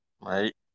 Right